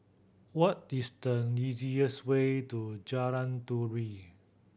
what is the easiest way to Jalan Turi